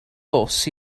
bws